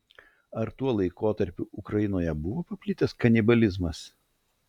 ar tuo laikotarpiu ukrainoje buvo paplitęs kanibalizmas